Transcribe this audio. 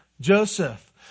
Joseph